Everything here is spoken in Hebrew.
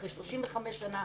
אחרי 35 שנים,